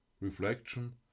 Reflection